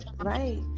Right